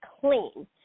clean